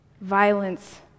violence